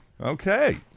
Okay